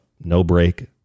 no-break